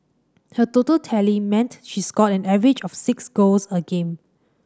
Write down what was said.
her total tally meant she scored an average of six goals a game